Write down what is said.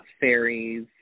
fairies